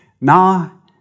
now